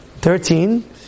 Thirteen